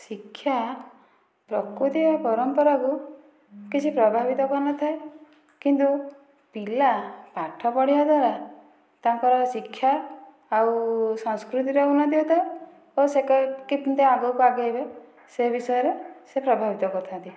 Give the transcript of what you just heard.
ଶିକ୍ଷା ପ୍ରକୃତି ଆଉ ପରମ୍ପରାକୁ କିଛି ପ୍ରଭାବିତ କରିନଥାଏ କିନ୍ତୁ ପିଲା ପାଠ ପଢ଼ିବା ଦ୍ୱାରା ତାଙ୍କର ଶିକ୍ଷା ଆଉ ସଂସ୍କୃତିର ଉନ୍ନତି ହୋଇଥାଏ ଓ ସେ କେମିତି ଆଗକୁ ଆଗେଇବେ ସେ ବିଷୟରେ ସେ ପ୍ରଭାବିତ କରିଥାନ୍ତି